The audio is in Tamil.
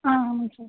ஆ ஆமாம்ங்க சார்